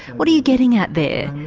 what are you getting at there?